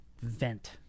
vent